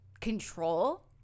control